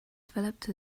developed